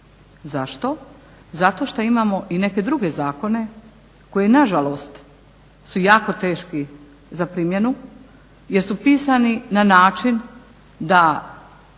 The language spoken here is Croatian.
Zašto? Zato što imamo i neke druge zakone koji na žalost su jako teški za primjenu, jer su pisani na način da